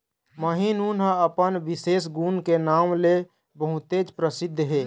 महीन ऊन ह अपन बिसेस गुन के नांव ले बहुतेच परसिद्ध हे